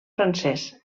francès